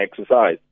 exercise